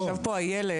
ישב פה הילד